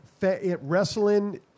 wrestling